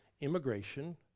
immigration